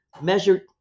measured